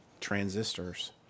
transistors